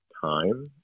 time